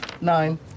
Nine